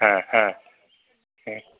ह ह ह